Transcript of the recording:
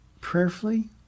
prayerfully